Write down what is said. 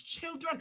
children